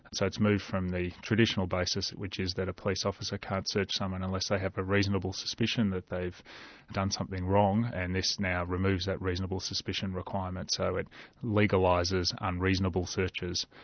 it's ah it's moved from the traditional basis which is that a police officer can't search someone unless they have a reasonable suspicion that they've done something wrong, and this now removes that reasonable suspicion requirement. so it legalises unreasonable searches.